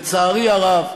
לצערי הרב,